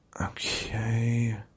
Okay